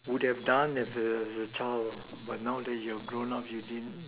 would have done as a a child but now that you have grown up you didn't